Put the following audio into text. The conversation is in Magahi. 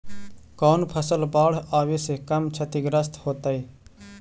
कौन फसल बाढ़ आवे से कम छतिग्रस्त होतइ?